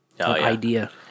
idea